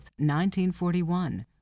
1941